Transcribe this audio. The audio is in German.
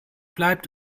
bleibt